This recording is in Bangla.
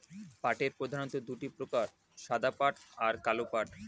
পাটের প্রধানত দুটি প্রকার সাদা পাট আর কালো পাট